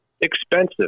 expensive